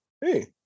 hey